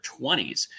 20s